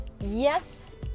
yes